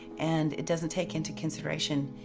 and it doesn't take into consideration